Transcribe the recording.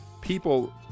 people